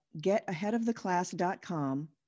getaheadoftheclass.com